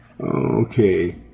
Okay